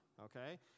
okay